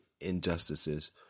injustices